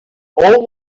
all